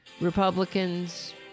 Republicans